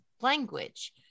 language